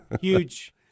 Huge